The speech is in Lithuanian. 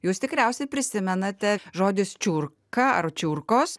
jūs tikriausiai prisimenate žodis čiurka ar čiurkos